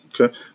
okay